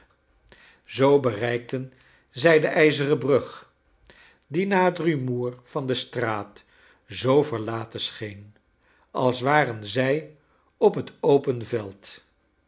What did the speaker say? zoo bereikten zij de ijzeren brug die na het rumoer van de straat zoo verlaten scheen als waren zij op het open veld